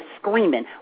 screaming